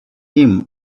him